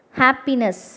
happiness